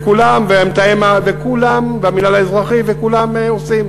כולם, המתאם, במינהל האזרחי, כולם עושים.